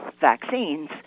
vaccines